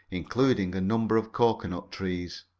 including a number of cocoanut trees.